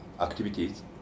activities